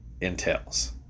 entails